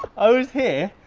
i was here,